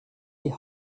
die